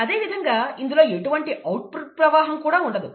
అదేవిధంగా ఇందులో ఎటువంటి అవుట్పుట్ ప్రవాహం కూడా ఉండదు